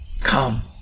come